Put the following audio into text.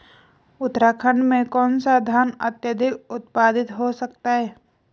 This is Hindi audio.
उत्तराखंड में कौन सा धान अत्याधिक उत्पादित हो सकता है?